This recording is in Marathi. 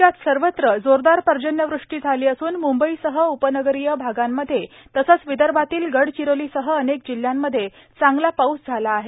राज्यात सर्वत्र जोरदार पर्जन्यवृष्टी झाली असून मूंबईसह उपनगरीय आगांमध्ये तसंच विदर्भातील गडचिरोलीसह अनेक जिल्हयांमध्ये चांगला पाऊस झाला आहे